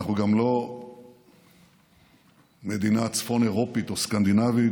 ואנחנו גם לא מדינה צפון אירופית או סקנדינבית,